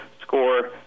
score